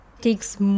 takes